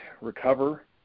recover